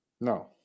No